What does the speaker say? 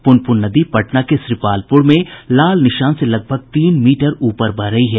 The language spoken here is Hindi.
प्रनपुन नदी पटना के श्रीपालपुर में लाल निशान से लगभग तीन मीटर ऊपर बह रही है